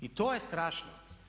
I to je strašno!